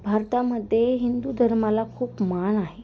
भारतामध्ये हिंदू धर्माला खूप मान आहे